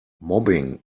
mobbing